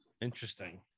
interesting